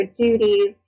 duties